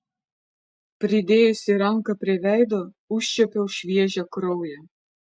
pridėjusi ranką prie veido užčiuopiau šviežią kraują